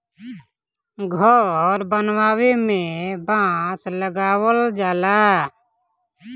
घर बनावे में बांस लगावल जाला